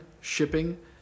shipping